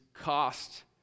cost